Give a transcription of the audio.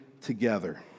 together